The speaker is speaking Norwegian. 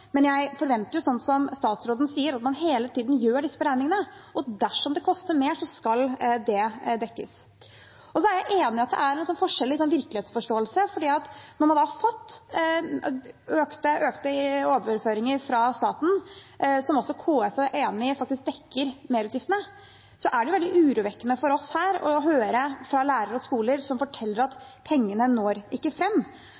koster mer, skal det dekkes. Jeg er enig i at det er forskjell i virkelighetsforståelse, for når man har fått økte overføringer fra staten, som KS er enig i dekker merutgiftene, er det veldig urovekkende for oss her å høre lærere og skoler fortelle at pengene ikke når fram. Det er også ganske urovekkende at koronaen av og til brukes i noen kommuner – slik jeg har forstått det – litt som